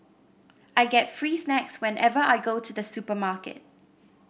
I get free snacks whenever I go to the supermarket